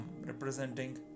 representing